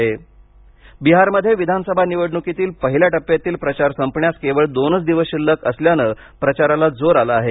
बिहार प्रचार बिहारमध्ये विधानसभा निवडण्कीतील पहिल्या टप्प्यातील प्रचार संपण्यास केवळ दोनच दिवस शिल्लक असल्यानं प्रचाराला जोर आला आहे